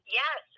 yes